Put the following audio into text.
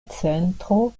centro